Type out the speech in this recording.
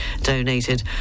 donated